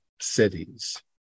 cities